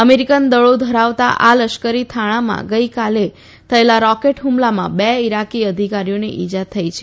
American દળો ધરાવતા આ લશ્કરી થાણામાં ગઈકાલે થયેલા રોકેટ ફમલામાં બે ઈરાકી અધિકારીઓને ઈજા થઈ છે